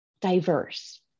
diverse